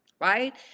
Right